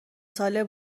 ساله